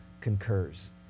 concurs